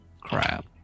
Crap